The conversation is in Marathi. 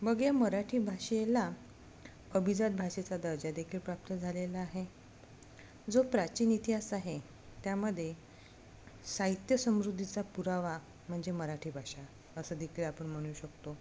मग या मराठी भाषेला अभिजात भाषेचा दर्जा देखील प्राप्त झालेला आहे जो प्राचीन इतिहास आहे त्यामध्ये साहित्य समृद्धीचा पुरावा म्हणजे मराठी भाषा असं देखील आपण म्हणू शकतो